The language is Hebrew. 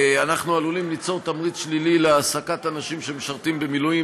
אנחנו עלולים ליצור תמריץ שלילי להעסקת אנשים שמשרתים במילואים,